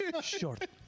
Short